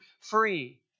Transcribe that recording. free